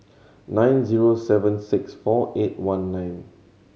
nine zero seven six four eight one nine